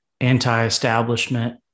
anti-establishment